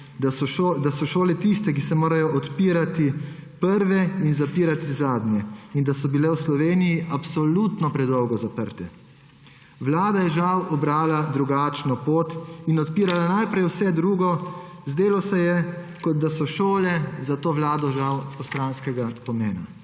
da so šole tiste, ki se morajo odpirati prve in zapirati zadnje, in da so bile v Sloveniji absolutno predolgo zaprte. Vlada je žal ubrala drugačno pot in odpirala najprej vse drugo. Zdelo se je, kot da so šole za to vlado žal postranskega pomena.